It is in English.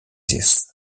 this